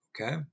Okay